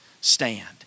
stand